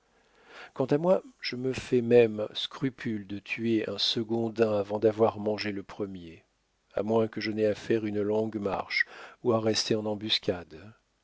quant à moi je me fais même scrupule de tuer un second daim avant d'avoir mangé le premier à moins que je n'aie à faire une longue marche ou à rester en embuscade